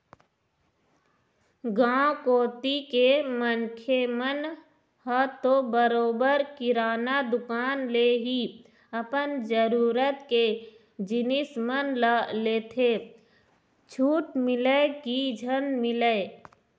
गाँव कोती के मनखे मन ह तो बरोबर किराना दुकान ले ही अपन जरुरत के जिनिस मन ल लेथे छूट मिलय की झन मिलय